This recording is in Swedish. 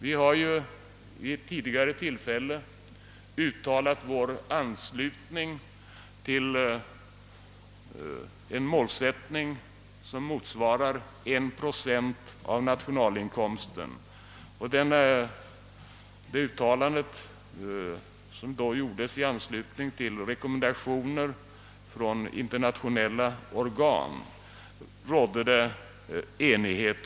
Vi har vid ett tillfälle uttalat vår anslutning till en målsättning som motsvarar en procent av nationalinkomsten. Om det uttalandet, som då gjordes i anslutning till rekommendationer från internationella organ, rådde enighet.